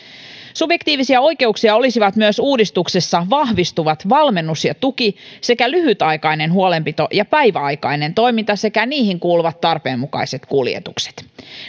subjektiivisia oikeuksia olisivat myös uudistuksessa vahvistuvat valmennus ja tuki sekä lyhytaikainen huolenpito ja päiväaikainen toiminta sekä niihin kuuluvat tarpeenmukaiset kuljetukset